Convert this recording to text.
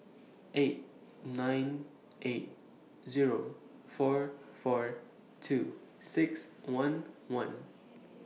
eight nine eight Zero four four two six one one